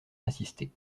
assistée